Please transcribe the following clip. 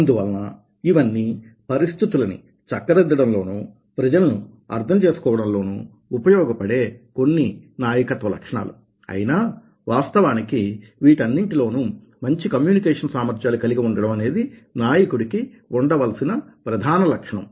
అందువలన ఇవన్నీ పరిస్థితులని చక్కదిద్దడం లోనూ ప్రజలను అర్థం చేసుకోవడం లోనూ ఉపయోగపడే కొన్ని నాయకత్వ లక్షణాలు అయినా వాస్తవానికి వీటన్నింటిలోనూ మంచి కమ్యూనికేషన్ సామర్థ్యాలు కలిగి ఉండడం అనేది నాయకుడికి ఉండవలసిన ప్రధాన లక్షణం